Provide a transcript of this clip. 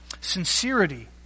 sincerity